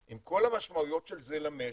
עם כל המשמעויות של זה למשק,